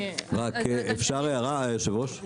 אפשר הערה יושב הראש?